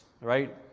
Right